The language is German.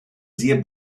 sehr